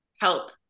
help